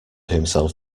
himself